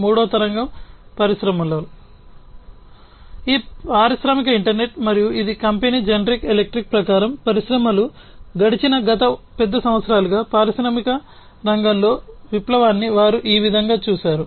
మూడవ తరంగం పరిశ్రమలలో ఈ పారిశ్రామిక ఇంటర్నెట్ మరియు ఇది కంపెనీ జనరల్ ఎలక్ట్రిక్ ప్రకారం పరిశ్రమలు గడిచిన గత పెద్ద సంవత్సరాలుగా పారిశ్రామిక రంగంలో విప్లవాన్ని వారు ఈ విధంగా చూశారు